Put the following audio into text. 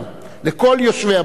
לכל יושבי הבית הזה.